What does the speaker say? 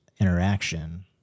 interaction